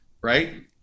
right